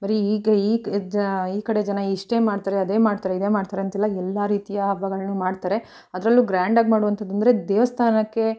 ಬರೀ ಈ ಈ ಕ್ ಜ ಈ ಕಡೆ ಜನ ಇಷ್ಟೇ ಮಾಡ್ತಾರೆ ಅದೇ ಮಾಡ್ತಾರೆ ಇದೇ ಮಾಡ್ತಾರೆ ಅಂತಿಲ್ಲ ಎಲ್ಲ ರೀತಿಯ ಹಬ್ಬಗಳನ್ನು ಮಾಡ್ತಾರೆ ಅದರಲ್ಲೂ ಗ್ರ್ಯಾಂಡಾಗಿ ಮಾಡುವಂಥದಂದ್ರೆ ದೇವಸ್ಥಾನಕ್ಕೆ